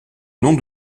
nom